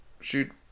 shoot